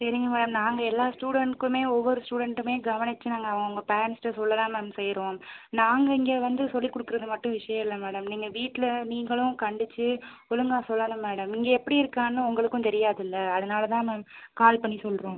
சரிங்க மேடம் நாங்கள் எல்லா ஸ்டூடெண்ட்க்குமே ஒவ்வொரு ஸ்டூடெண்ட்டுமே கவனிச்சு நாங்கள் அவுங்கவங்க பேரண்ட்ஸ்கிட்ட சொல்ல தான் மேம் செய்கிறோம் நாங்கள் இங்கே வந்து சொல்லிக் கொடுக்குறது மட்டும் விஷயம் இல்லை மேடம் நீங்கள் வீட்டில் நீங்களும் கண்டிச்சு ஒழுங்கா சொல்லணும் மேடம் இங்கே எப்படி இருக்கானு உங்களுக்கும் தெரியாதுலை அதனால் தான் மேம் கால் பண்ணி சொல்கிறோம்